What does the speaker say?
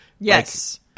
yes